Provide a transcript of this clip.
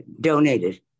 donated